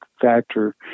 factor